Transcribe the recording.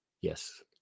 Yes